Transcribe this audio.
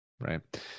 Right